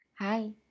Hi